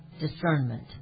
discernment